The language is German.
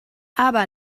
aber